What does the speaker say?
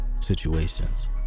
situations